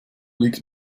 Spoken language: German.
liegt